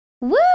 Woo